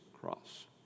cross